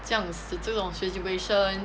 这样死这种 situation